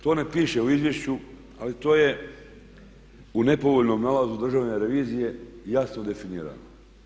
To ne piše u izvješću ali to je u nepovoljnom nalazu Državne revizije jasno definirano.